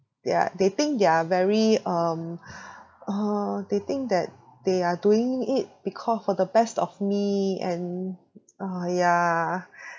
they are they think they are very um uh they think that they are doing it because for the best of me and uh yeah